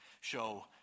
show